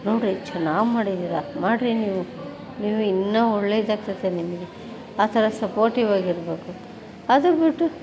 ನೋಡಿರಿ ಎಷ್ಟು ಚೆನ್ನಾಗ್ ಮಾಡಿದೀರ ಮಾಡಿರಿ ನೀವು ನೀವು ಇನ್ನು ಒಳ್ಳೇದು ಆಗ್ತದೆ ನಿಮಗೆ ಆ ಥರ ಸಪೋರ್ಟಿವಾಗಿರಬೇಕು ಅದು ಬಿಟ್ಟು